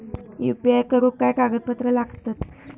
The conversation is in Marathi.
यू.पी.आय करुक काय कागदपत्रा लागतत?